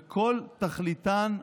וכל תכליתה היא